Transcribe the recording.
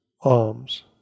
alms